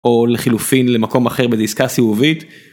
או לחילופין למקום אחר בדיסקה סיבובית.